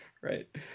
Right